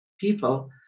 people